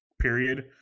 period